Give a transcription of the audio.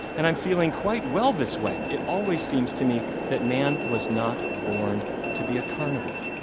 and i'm feeling quite well this way. it always seems to me that man was not born to be a carnivore.